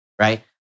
Right